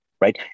right